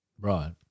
Right